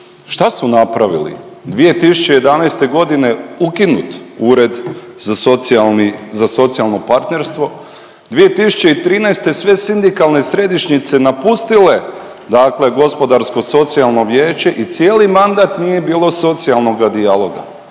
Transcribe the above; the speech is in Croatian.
šta su napravili. 2011. je ukinut ured za socijalni, za socijalno partnerstvo. 2013. sve sindikalne središnjice napustile dakle gospodarsko socijalno vijeće i cijeli mandat nije bilo socijalnoga dijaloga.